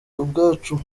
ubwacu